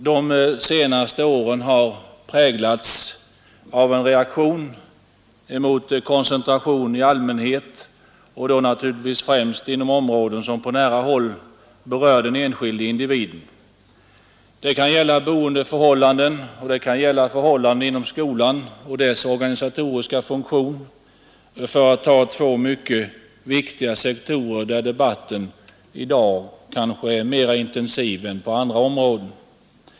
De senaste åren har präglats av en reaktion mot koncentration i allmänhet men främst inom områden som på nära håll berör den enskilde individen. Det kan gälla boendeförhållanden och det kan gälla förhållanden inom skolan och dess organisatoriska funktion, för att ta två mycket viktiga sektorer där debatten i dag kanske är mer intensiv än på andra områden.